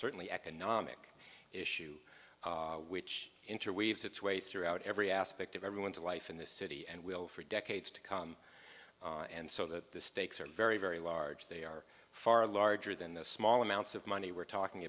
certainly economic issue which interweaves its way throughout every aspect of everyone's life in this city and will for decades to come and so the stakes are very very large they are far larger than the small amounts of money we're talking